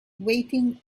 waiting